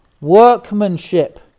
workmanship